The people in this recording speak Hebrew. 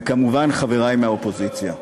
וכמובן חברי מהאופוזיציה.